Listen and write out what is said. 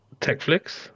Techflix